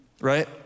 right